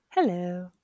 Hello